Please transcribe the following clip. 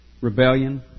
rebellion